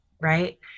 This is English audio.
right